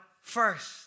first